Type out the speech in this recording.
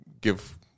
give